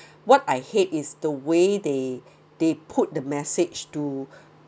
what I hate is the way they they put the message to